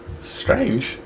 Strange